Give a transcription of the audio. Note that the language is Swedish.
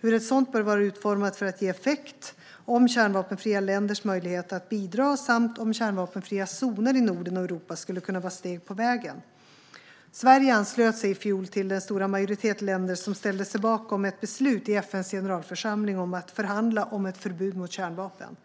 hur ett sådant bör vara utformat för att ge effekt, om kärnvapenfria länders möjlighet att bidra samt om kärnvapenfria zoner i Norden och Europa skulle kunna vara steg på vägen. Sverige anslöt sig i fjol till den stora majoritet länder som ställde sig bakom ett beslut i FN:s generalförsamling om att förhandla om ett förbud mot kärnvapen.